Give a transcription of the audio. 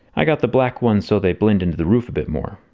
i got the black ones so they blend into the roof a bit more.